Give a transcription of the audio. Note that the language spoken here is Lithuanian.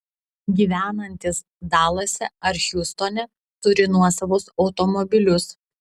gyvenantys dalase ar hjustone turi nuosavus automobilius